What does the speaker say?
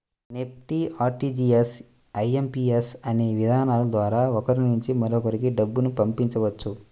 NEFT, RTGS, IMPS అనే విధానాల ద్వారా ఒకరి నుంచి మరొకరికి డబ్బును పంపవచ్చు